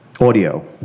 audio